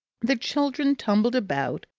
the children tumbled about,